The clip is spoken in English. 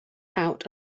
out